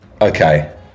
okay